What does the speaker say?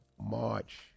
March